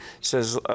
says